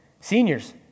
Seniors